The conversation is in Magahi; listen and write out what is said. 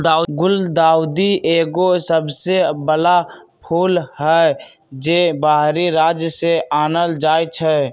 गुलदाऊदी एगो सजाबे बला फूल हई, जे बाहरी राज्य से आनल जाइ छै